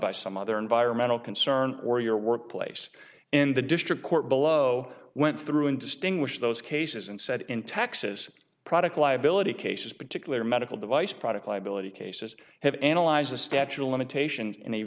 by some other environmental concern or your workplace in the district court below went through in distinguish those cases and said in texas product liability cases particular medical device product liability cases have analyzed the statute of limitations